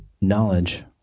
knowledge